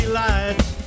lights